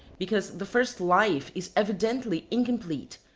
because the first life is evidently incomplete,